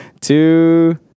two